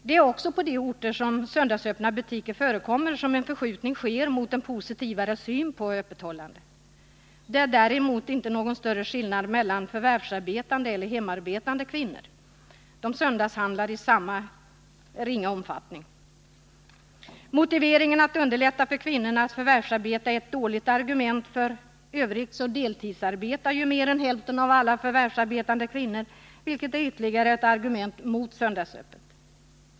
Det är också på de orter där söndagsöppna butiker förekommer som en förskjutning sker mot en positivare syn på öppethållandet. Det är däremot inte någon större skillnad mellan förvärvsarbetande eller hemarbetande kvinnor. De söndagshandlar i samma ringa omfattning. Motiveringen att man underlättar för kvinnorna att förvärvsarbeta är ett dåligt argument. F. ö. deltidsarbetar mer än hälften av alla förvärvsarbetande kvinnor, vilket är ytterligare ett argument mot söndagsöppet.